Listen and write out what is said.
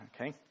Okay